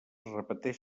repeteix